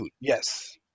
Yes